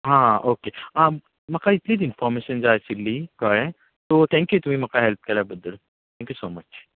हां ओके हां म्हाका इतलीच इन्फोर्मेशन जाय आशिल्ली कळ्ळें सो थँक्यू तुमी म्हाका हॅल्प केल्या बद्दल थँक्यू सो मच